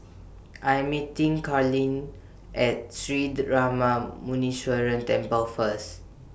I Am meeting Karlene At Sri Darma Muneeswaran Temple First